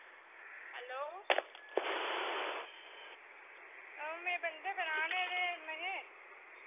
hello ओ में बंधे बनोआने ते